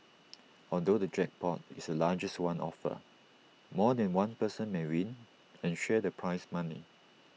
although the jackpot is the largest one offered more than one person may win and share the prize money